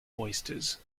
oysters